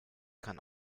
kann